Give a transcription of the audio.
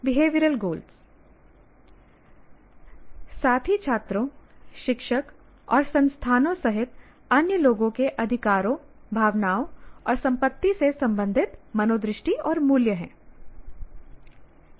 behavioural goals साथी छात्रों शिक्षक और संस्थानों सहित अन्य लोगों के अधिकारों भावनाओं और संपत्ति से संबंधित मनोदृष्टि और मूल्य हैं